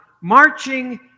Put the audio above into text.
marching